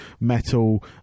metal